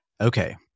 Okay